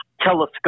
telescope